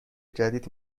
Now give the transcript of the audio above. جدید